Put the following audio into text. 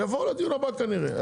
הם יבואו לדיון הבא כנראה.